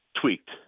tweaked